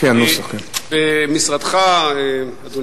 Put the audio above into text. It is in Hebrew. אין